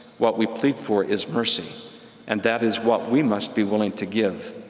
what we plead for is mercy-and and that is what we must be willing to give.